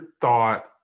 thought